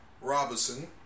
Robinson